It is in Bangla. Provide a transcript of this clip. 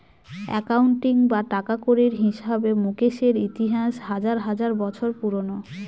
একাউন্টিং বা টাকাকড়ির হিসাবে মুকেশের ইতিহাস হাজার হাজার বছর পুরোনো